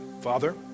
Father